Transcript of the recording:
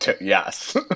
yes